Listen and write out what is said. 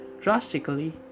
drastically